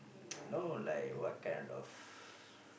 you know like what kind of